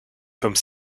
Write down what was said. comme